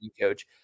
coach